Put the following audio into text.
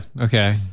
Okay